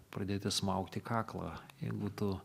pradėti smaugti kaklą jeigu tu